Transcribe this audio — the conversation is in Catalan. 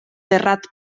terrat